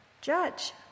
judge